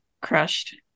crushed